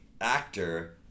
actor